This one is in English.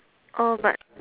oh but